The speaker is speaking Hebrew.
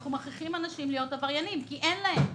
אנחנו מכריחים אנשים להיות עבריינים כי אין להם.